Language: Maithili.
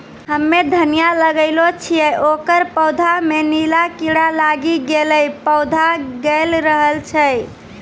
हम्मे धनिया लगैलो छियै ओकर पौधा मे नीला कीड़ा लागी गैलै पौधा गैलरहल छै?